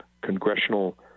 Congressional